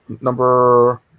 number